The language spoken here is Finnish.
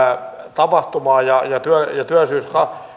tapahtumaan ja ja työllisyys